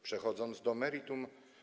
Przechodzę do meritum.